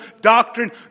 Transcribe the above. doctrine